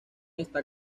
está